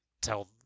tell